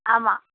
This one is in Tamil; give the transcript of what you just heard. ஆமாம்